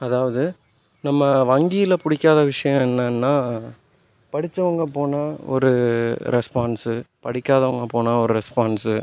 அதாவது நம்ம வங்கியில் பிடிக்காத விஷயம் என்னென்னா படிச்சவங்க போனால் ஒரு ரெஸ்பான்ஸு படிக்காதவங்கள் போனால் ஒரு ரெஸ்பான்ஸு